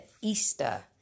Easter